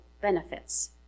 benefits